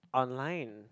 online